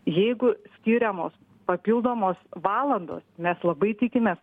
jeigu skiriamos papildomos valandos mes labai tikimės